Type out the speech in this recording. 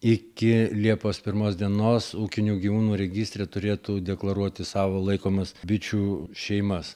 iki liepos pirmos dienos ūkinių gyvūnų registre turėtų deklaruoti savo laikomas bičių šeimas